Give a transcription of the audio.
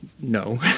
no